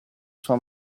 sua